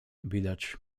widać